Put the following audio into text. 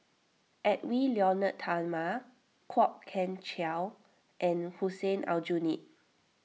Edwy Lyonet Talma Kwok Kian Chow and Hussein Aljunied